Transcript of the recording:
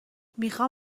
میخام